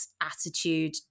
attitude